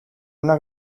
una